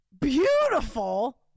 beautiful